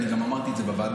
גם אמרתי את זה בוועדה,